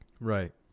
Right